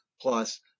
plus